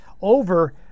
over